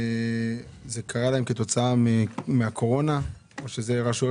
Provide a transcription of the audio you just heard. וזה קרה להן כתוצאה מהקורונה או שזה רשויות